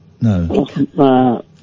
No